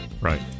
Right